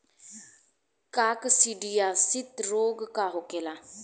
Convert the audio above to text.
काकसिडियासित रोग का होखेला?